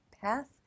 path